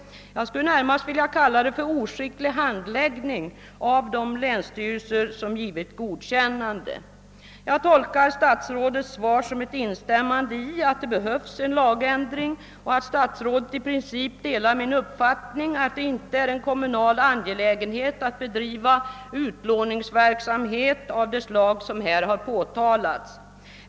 Jag skulle närmast vilja kalla det oskicklig handläggning av de länsstyrelser son: givit sitt godkännande. Jag tolkar statsrådets svar som eti instämmande i att det behövs en lag ändring och som att han i princip delar min uppfattning, att det inte är en kommunal angelägenhet att bedriva utlåningsverksamhet av det slag som här påtalats.